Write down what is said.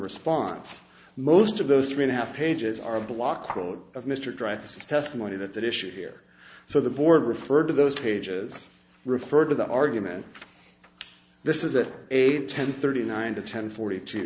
response most of those three and a half pages are block wrote of mr dreyfus testimony that that issue here so the board referred to those pages referred to the argument this is that eight ten thirty nine to ten forty